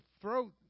throat